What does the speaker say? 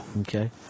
Okay